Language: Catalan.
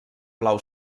blau